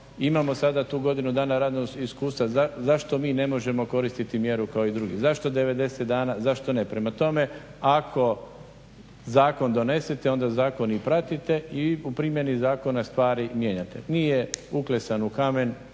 imamo sada tu godinu dana radnog iskustva zašto mi ne možemo koristiti mjeru kao i drugi? Zašto 90 dana? Zašto ne. Prema tome, ako zakon donesete onda zakon i pratite i u primjeni zakona stvari mijenjate. Nije uklesan u kamen,